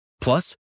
Plus